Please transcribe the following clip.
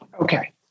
Okay